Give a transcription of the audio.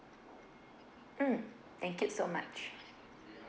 mm thank you so much